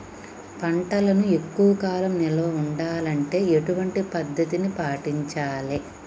పంటలను ఎక్కువ కాలం నిల్వ ఉండాలంటే ఎటువంటి పద్ధతిని పాటించాలే?